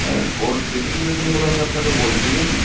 হ্যাঁ ওর স্পেসিফিকেশানগুলো আমি আপনাকে বলছি নাকি